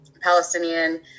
Palestinian